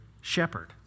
shepherd